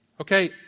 Okay